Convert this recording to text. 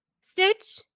Stitch